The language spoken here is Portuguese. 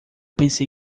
pensei